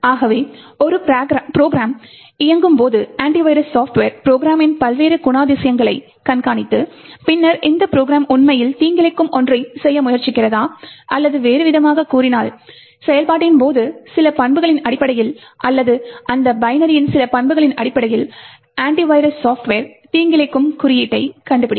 ஆகவே ஒரு ப்ரோக்ராம் இயக்கும் போது அண்டி வைரஸ் சாப்ட்வேர் ப்ரோக்ராமின் பல்வேறு குணாதிசயங்களைக் கண்காணித்து பின்னர் இந்த ப்ரோக்ராம் உண்மையில் தீங்கிழைக்கும் ஒன்றைச் செய்ய முயற்சிக்கிறதா அல்லது வேறுவிதமாகக் கூறினால் செயல்பாட்டின் போது சில பண்புகளின் அடிப்படையில் அல்லது அந்த பைனரியின் சில பண்புகளின் அடிப்படையில் அண்டி வைரஸ் சாப்ட்வேர் தீங்கிழைக்கும் குறியீட்டைக் கண்டுபிடிக்கும்